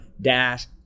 dash